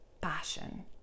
passion